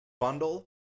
bundle